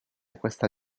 questa